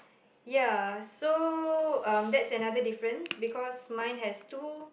ya so um that's another difference because mine has two